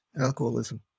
alcoholism